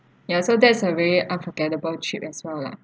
ya so that's a really unforgettable trip as well lah